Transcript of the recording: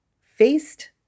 faced